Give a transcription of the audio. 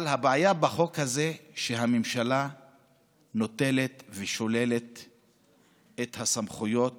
אבל הבעיה בחוק הזה היא שהממשלה נוטלת ושוללת את הסמכויות